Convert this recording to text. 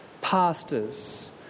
pastors